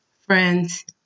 Friends